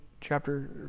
chapter